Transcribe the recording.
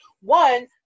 one